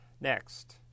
Next